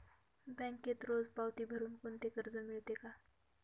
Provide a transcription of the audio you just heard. बँकेत रोज पावती भरुन कोणते कर्ज मिळते का?